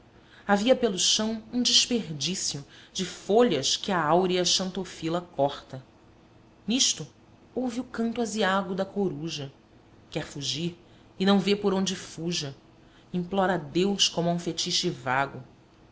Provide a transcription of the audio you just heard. havia pelo chão um desperdício de folhas que a áurea xantofila corta nisto ouve o canto aziago da coruja quer fugir e não vê por onde fuja implora a deus como a um fetihe vago